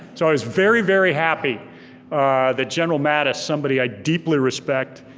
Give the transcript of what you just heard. so i was very, very happy that general mattis, somebody i deeply respect,